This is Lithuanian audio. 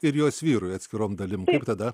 ir jos vyrui atskirom dalim tada